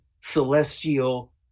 celestial